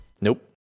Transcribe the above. nope